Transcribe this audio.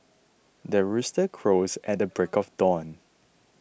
the rooster crows at the break of dawn